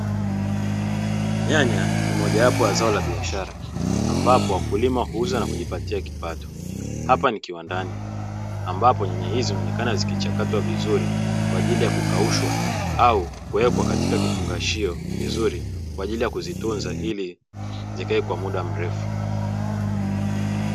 Nyanya nimojawapo ta zao la biashara ambapo wakulima huuza na kujipatia kipato. Hapa ni kiwandani ambapo, nyanya hizo zinaonekana kuchakatwa vizuri kwa ajili ya kukaushwa au kuwekwa katika kifungashio vizuri kwa ajili ya kuzitunza ili zikae kwa muda mrefu.